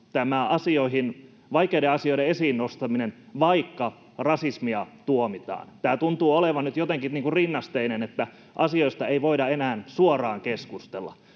vaikeiden asioiden esiin nostaminen, vaikka rasismia tuomitaan. Tämä tuntuu olevan nyt jotenkin rinnasteinen sille, että asioista ei voida enää suoraan keskustella.